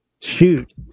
shoot